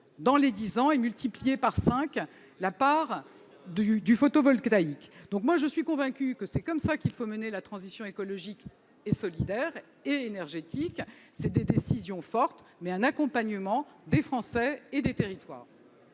dans les dix ans et multiplier par cinq la part du photovoltaïque. Je suis convaincue que c'est ainsi qu'il faut mener la transition écologique, solidaire et énergétique. Ces décisions fortes vont de pair avec un accompagnement des Français et des territoires.